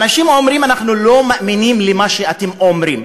אנשים אומרים: אנחנו לא מאמינים למה שאתם אומרים.